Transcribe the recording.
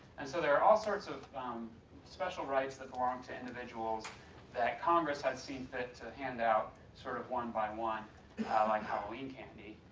and so there are all sorts of um special rights that belong to individuals that congress has seen fit to hand out sort of one-by-one like halloween candy.